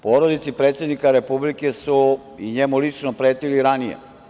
Porodici predsednika Republike i njemu lično su pretili i ranije.